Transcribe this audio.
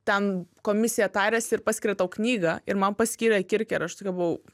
ten komisija tariasi ir paskiria tau knygą ir man paskyrė kirke ir aš tokia buvau